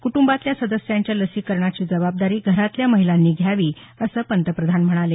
कुटंबातल्या सदस्यांच्या लसीकरणाची जाबाबदारी घरातल्या महिलांनी घ्यावी असं पंतप्रधान म्हणाले